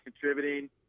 contributing